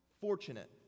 fortunate